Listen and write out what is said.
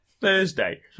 Thursday